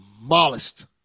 demolished